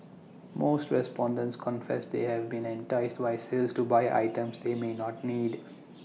most respondents confess they have been enticed by sales to buy items they may not need